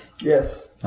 Yes